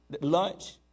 Lunch